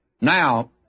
Now